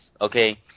okay